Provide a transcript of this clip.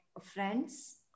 friends